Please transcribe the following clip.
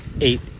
eight